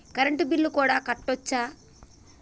Current bill కూడా కట్టొచ్చా?